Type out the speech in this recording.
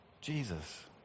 Jesus